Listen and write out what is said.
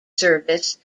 service